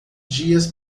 dias